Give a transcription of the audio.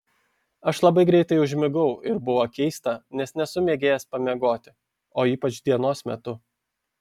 aš labai greitai užmigau ir buvo keista nes nesu mėgėjas pamiegoti o ypač dienos metu